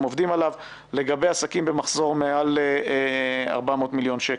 עובדים עליו על עסקים במחזור של מעל 400 מיליון שקל.